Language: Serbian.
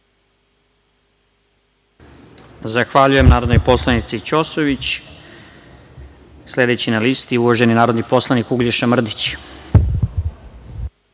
Zahvaljujem narodnoj poslanici Ćosović. Sledeći na listi, uvaženi narodni poslanik Uglješa Mrdić.